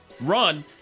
run